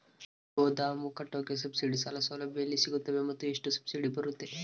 ಗೋದಾಮು ಕಟ್ಟೋಕೆ ಸಬ್ಸಿಡಿ ಸಾಲ ಸೌಲಭ್ಯ ಎಲ್ಲಿ ಸಿಗುತ್ತವೆ ಮತ್ತು ಎಷ್ಟು ಸಬ್ಸಿಡಿ ಬರುತ್ತೆ?